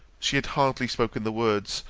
she had hardly spoken the words,